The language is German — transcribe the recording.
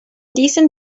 diesen